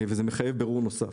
וזה מחייב בירור נוסף.